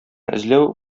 эзләү